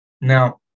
Now